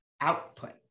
output